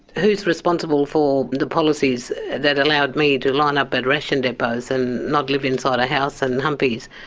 who's responsible for the policies that allowed me to line up at ration depots and not live inside a house, and humpies?